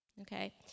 Okay